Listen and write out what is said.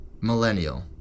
millennial